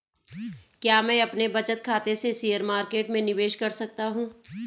क्या मैं अपने बचत खाते से शेयर मार्केट में निवेश कर सकता हूँ?